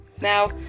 now